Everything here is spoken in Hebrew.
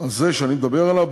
הזה שאני מדבר עליו,